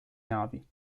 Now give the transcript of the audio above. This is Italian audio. navi